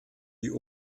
die